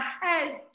head